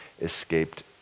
escaped